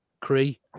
Cree